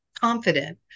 confident